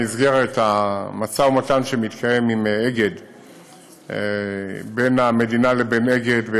במסגרת המשא ומתן שמתקיים בין המדינה לבין אגד,